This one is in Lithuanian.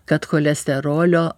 kad cholesterolio